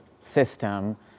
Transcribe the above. system